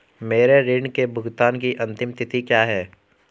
मेरे ऋण के भुगतान की अंतिम तिथि क्या है?